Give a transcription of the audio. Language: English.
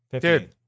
Dude